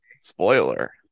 Spoiler